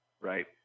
right